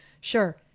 Sure